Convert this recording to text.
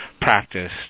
practice